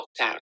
lockdown